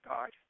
God